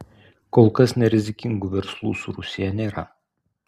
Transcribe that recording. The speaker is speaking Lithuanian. kol kas nerizikingų verslų su rusija nėra